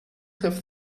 have